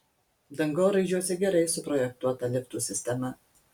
dangoraižiuose gerai suprojektuota liftų sistema